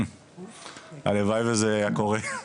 הלוואי וזה היה קורה.